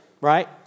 right